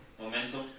momentum